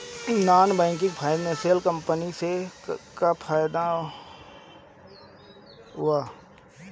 Non banking financial company से का फायदा बा?